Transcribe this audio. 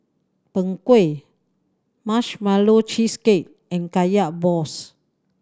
Png Kueh Marshmallow Cheesecake and Kaya balls